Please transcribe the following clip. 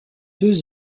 deux